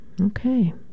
okay